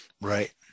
Right